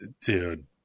dude